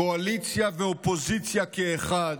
קואליציה ואופוזיציה כאחד,